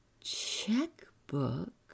checkbook